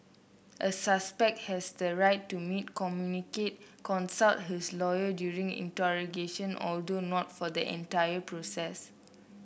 a suspect has the right to meet communicate consult his lawyer during interrogation although not for the entire process